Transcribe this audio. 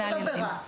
כל עבירה.